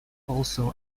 also